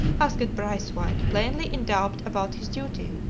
asked braithwaite, plainly in doubt about his duty,